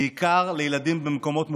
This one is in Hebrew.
בעיקר לילדים במקומות מוחלשים,